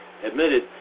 Admitted